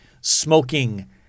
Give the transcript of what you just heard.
smoking